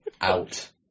out